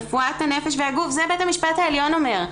רפואת הנפש והגוף' זה בית המשפט העליון אומר.